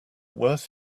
worth